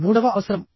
మూడవ అవసరం